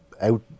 out